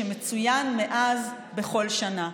שמצוין מאז בכל שנה.